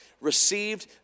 received